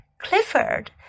Clifford